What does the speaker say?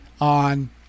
on